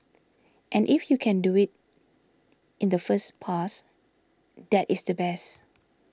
and if you can do it in the first pass that is the best